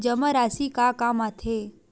जमा राशि का काम आथे?